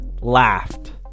laughed